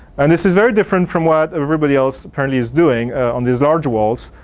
and this is very different from what everybody else apparently is doing on these large walls,